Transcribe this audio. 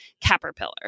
caterpillar